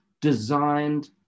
designed